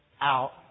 out